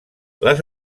les